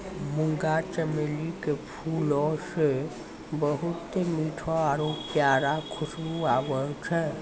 मुंगा चमेली के फूलो से बहुते मीठो आरु प्यारा खुशबु आबै छै